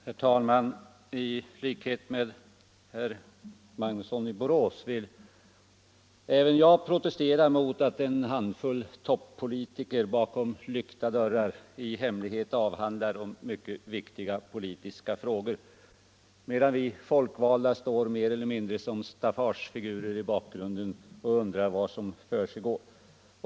Herr talman! I likhet med herr Magnusson i Borås vill jag protestera emot att en handfull toppolitiker bakom lyckta dörrar avhandlar mycket viktiga politiska frågor, medan vi folkvalda står mer eller mindre som staffagefigurer i bakgrunden och undrar vad som försiggår.